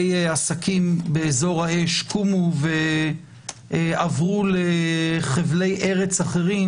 עסקים באזור האש: קומו ועברו לחבלי ארץ אחרים,